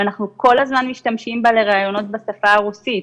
ואנחנו כל הזמן משתמשים בה לריאיונות בשפה הרוסית.